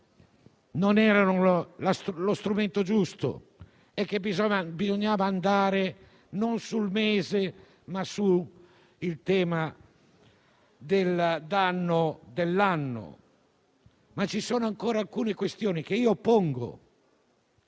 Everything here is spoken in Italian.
non erano lo strumento giusto e che bisognava andare non sul mese, ma sull'anno. Vi sono ancora alcune questioni che io pongo.